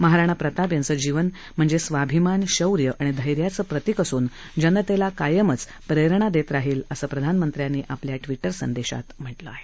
महाराणा प्रताप यांचं जीवन म्हणजे स्वाभिमान शौर्य आणि धैर्याचं प्रतिक असून जनतेला कायमच प्रेरणा देत राहील असं प्रधानमंत्र्यांनी आपल्या ट्विटर संदेशात म्हटलं आहे